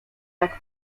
tak